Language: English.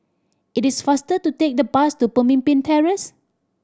it is faster to take the bus to Pemimpin Terrace